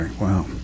wow